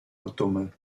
atome